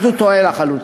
טועה לחלוטין.